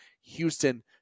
Houston